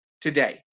today